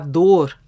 dor